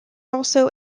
also